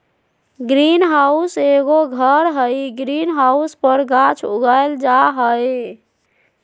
green house एगो घर हइ, ग्रीन हाउस पर गाछ उगाल जा हइ